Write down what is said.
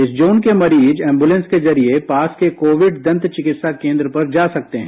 इस जोन के मरीज एंबुलेंस के जरिए पास के कोविड दंत चिकित्सा केन्द्र पर जा सकते हैं